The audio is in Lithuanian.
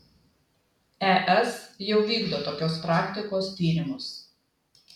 es jau vykdo tokios praktikos tyrimus